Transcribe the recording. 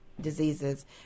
diseases